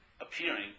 appearing